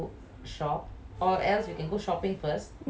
ya ya